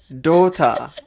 Daughter